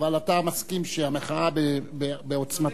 אבל אתה מסכים שהמחאה בעוצמתה?